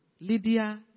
Lydia